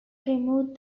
remove